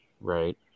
Right